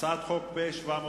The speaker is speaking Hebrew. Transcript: הצעת חוק פ/715,